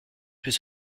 plus